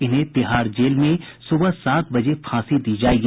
इन्हें तिहाड़ जेल में सुबह सात बजे फांसी दी जाएगी